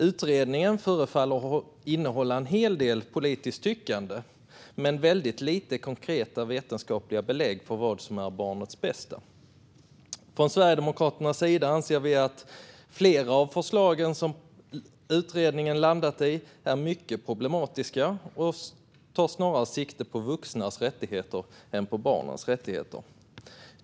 Utredningen förefaller innehålla en hel del politiskt tyckande men väldigt få konkreta, vetenskapliga belägg för vad som är barnets bästa. Sverigedemokraterna anser att flera av förslagen utredningen landat i är mycket problematiska och snarare tar sikte på vuxnas rättigheter än på barns rättigheter.